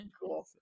cool